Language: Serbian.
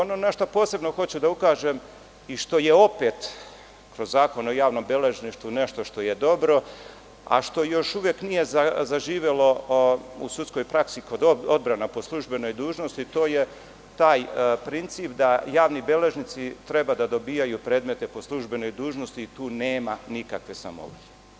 Ono na šta posebno hoću da ukažem i što je opet kroz Zakon o javnom beležništvu nešto što je dobro, a što još uvek nije zaživelo u sudskoj praksi kod odbrana po službenoj dužnosti, to je taj princip da javni beležnici treba da dobijaju predmete po službenoj dužnosti i tu nema nikakve samovolje.